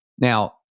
Now